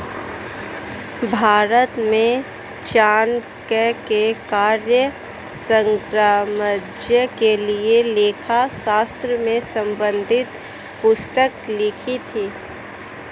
भारत में चाणक्य ने मौर्य साम्राज्य के लिए लेखा शास्त्र से संबंधित पुस्तक लिखी थी